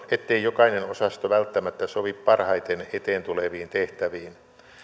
ettei jokainen osasto välttämättä sovi parhaiten eteen tuleviin tehtäviin